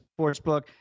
Sportsbook